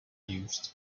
used